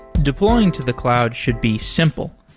deploying to the cloud should be simple.